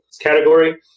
category